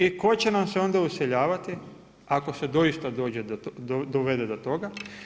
I tko će nam se onda useljavati, ako se doista dovede do toga?